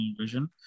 vision